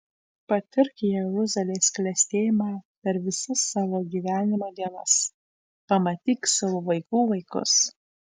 patirk jeruzalės klestėjimą per visas savo gyvenimo dienas pamatyk savo vaikų vaikus